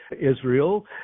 Israel